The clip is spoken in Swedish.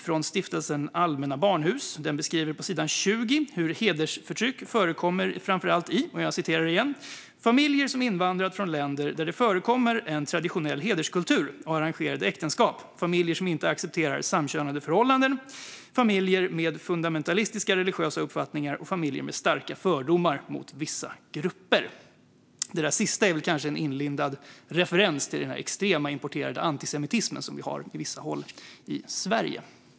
från Stiftelsen Allmänna Barnhuset. Där beskrivs på sidan 20 hur hedersförtryck förekommer framför allt i "familjer som invandrat från länder där det förekommer en traditionell hederskultur och arrangerade äktenskap, familjer som inte accepterar samkönade förhållanden, familjer med fundamentalistiskt religiösa uppfattningar och familjer med starka fördomar mot vissa grupper". Det sista är kanske en inlindad referens till den extrema importerade antisemitism som vi har på vissa håll i Sverige.